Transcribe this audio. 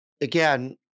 again